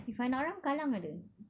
if I'm not wrong kallang ada